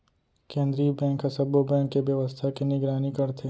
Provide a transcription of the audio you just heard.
केंद्रीय बेंक ह सब्बो बेंक के बेवस्था के निगरानी करथे